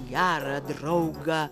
gerą draugą